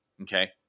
okay